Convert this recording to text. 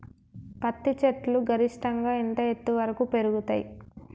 పత్తి చెట్లు గరిష్టంగా ఎంత ఎత్తు వరకు పెరుగుతయ్?